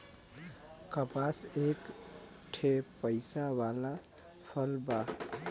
कपास एक ठे पइसा वाला फसल बा